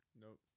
Nope